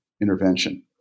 intervention